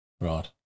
Right